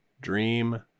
dream